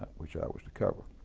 which i was to cover.